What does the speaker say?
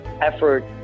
effort